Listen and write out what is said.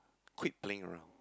quit playing around